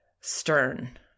stern